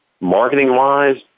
marketing-wise